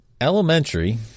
Elementary